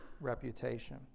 reputation